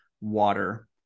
water